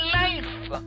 life